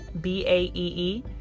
B-A-E-E